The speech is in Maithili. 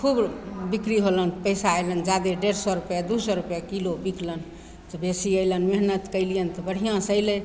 खूब बिकरी होलनि पइसा अएलनि जादे डेढ़ सओ रुपैए दुइ सओ रुपैए किलो बिकलनि तऽ बेसी अएलनि मेहनति कएलिअनि तऽ बढ़िआँसे अएलै